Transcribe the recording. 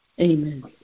Amen